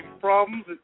problems